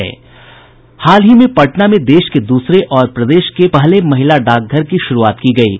हाल ही में पटना में देश के दूसरे और प्रदेश के पहले महिला डाकघर की शुरूआत की गई है